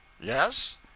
Yes